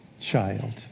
child